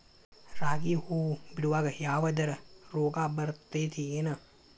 ರಾಗಿ ಹೂವು ಬಿಡುವಾಗ ಯಾವದರ ರೋಗ ಬರತೇತಿ ಏನ್?